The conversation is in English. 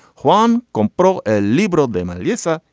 juan um but a liberal democrat. yes. ah